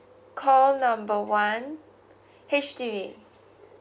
call number one H_D_B